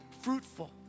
fruitful